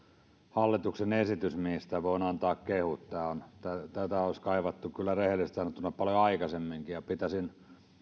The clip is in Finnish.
hallituksen esitys mistä voin antaa kehut tätä olisi kaivattu kyllä rehellisesti sanottuna paljon aikaisemminkin ja pitäisin